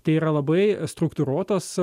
tai yra labai struktūruotos